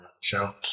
show